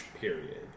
period